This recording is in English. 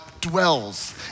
dwells